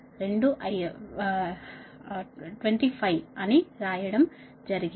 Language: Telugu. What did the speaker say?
రెండు5 అని రాయడం జరిగింది